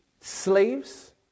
Slaves